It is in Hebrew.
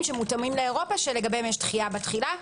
שמותאמים לאירופה שלגביהם יש דחייה בתחילה.